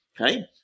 Okay